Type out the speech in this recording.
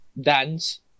dance